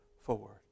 forward